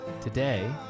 today